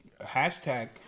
Hashtag